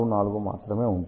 64 మాత్రమే ఉంటుంది